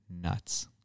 nuts